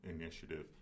initiative